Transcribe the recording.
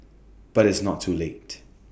but it's not too late